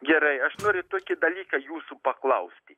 gerai aš noriu tokį dalyką jūsų paklausti